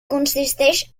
consisteix